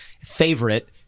favorite